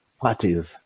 parties